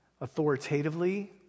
authoritatively